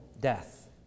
death